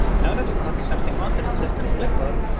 in order to copy something onto the system's clipboard,